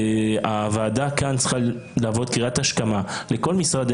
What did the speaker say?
הוועדה כאן צריכה להוות קריאת השכמה לכל משרדי